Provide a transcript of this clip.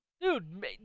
Dude